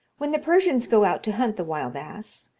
when the persians go out to hunt the wild ass,